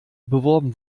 beworben